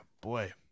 boy